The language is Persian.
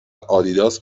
آدیداس